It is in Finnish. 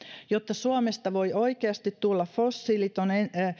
jotta suomesta voi oikeasti tulla fossiiliton